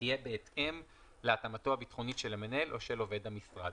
תהיה בהתאם להתאמתו הביטחונית של המנהל או של עובד המשרד.